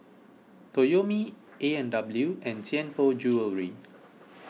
Toyomi A and W and Tianpo Jewellery